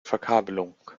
verkabelung